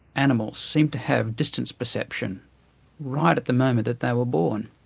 animals seem to have distance perception right at the moment that they were born,